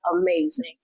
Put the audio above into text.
amazing